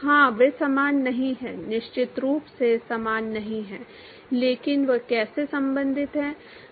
हाँ वे समान नहीं हैं निश्चित रूप से समान नहीं हैं लेकिन वे कैसे संबंधित हैं